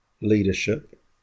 leadership